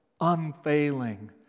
unfailing